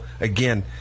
again